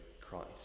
Christ